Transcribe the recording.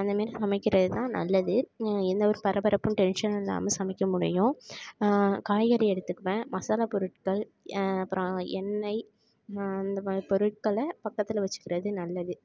அந்த மாரி சமைக்கிறது தான் நல்லது எந்த ஒரு பரபரப்பும் டென்ஷனும் இல்லாமல் சமைக்க முடியும் காய்கறி எடுத்துக்குவேன் மசாலா பொருட்கள் அப்புறம் எண்ணெய் இந்த மாதிரி பொருட்களை பக்கத்தில் வச்சுக்கிறது நல்லது